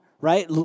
right